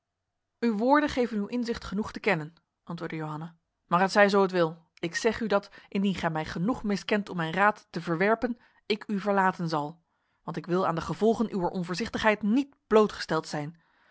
uw woorden geven uw inzicht genoeg te kennen antwoordde johanna maar het zij zo het wil ik zeg u dat indien gij mij genoeg miskent om mijn raad te verwerpen ik u verlaten zal want ik wil aan de gevolgen uwer onvoorzichtigheid niet blootgesteld zijn